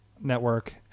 network